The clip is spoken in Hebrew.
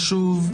חשוב,